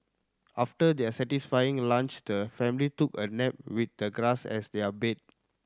after their satisfying lunch the family took a nap with the grass as their bed